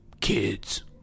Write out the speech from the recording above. Kids